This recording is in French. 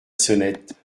sonnette